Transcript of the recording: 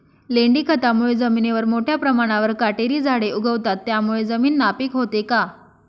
लेंडी खतामुळे जमिनीवर मोठ्या प्रमाणावर काटेरी झाडे उगवतात, त्यामुळे जमीन नापीक होते का?